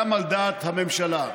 גם על דעת הממשלה.